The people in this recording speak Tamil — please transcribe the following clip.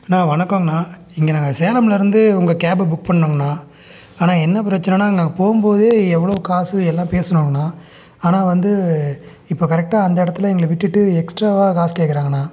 அண்ணா வணக்கோண்ணா இங்கே நாங்கள் சேலம்லேருந்து உங்கள் கேபு புக் பண்ணிணோம்ண்ணா ஆனால் என்ன பிரச்சைனன்னா அங்கே போகும் போது எவ்வளோ காசு எல்லாம் பேசுனோங்கண்ணா ஆனால் வந்து இப்போ கரெக்டாக அந்த இடத்துல எங்களை விட்டுட்டு எக்ஸ்ட்ராவாக காசு கேட்குறாங்கண்ணா